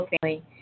family